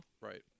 Right